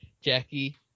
Jackie